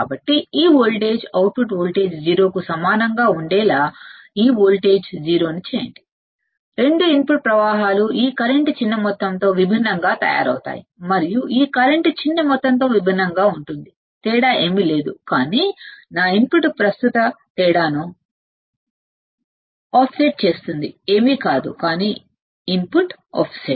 కాబట్టి ఈ voltage output voltage 0 కు సమానంగా ఉండేలా ఈ వోల్టేజ్ 0 ను చేయండిరెండు ఇన్పుట్ కర్రెంట్లను ఈ కరెంట్ చిన్న మొత్తంతో విభిన్నంగా తయారవుతాయి మరియు ఈ కరెంట్ చిన్న మొత్తంతో విభిన్నంగా ఉంటుంది తేడా ఏమీ లేదు కానీ నా ఇన్పుట్ కరెంట్ తేడాను ఆఫ్సెట్ చేస్తుంది ఇది ఏమీ కాదు కానీ ఇన్పుట్ ఆఫ్సెట్